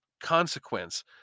consequence